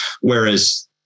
Whereas